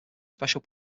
special